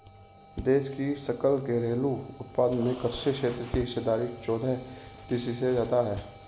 देश की सकल घरेलू उत्पाद में कृषि क्षेत्र की हिस्सेदारी चौदह फीसदी से ज्यादा है